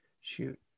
shoot